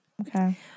Okay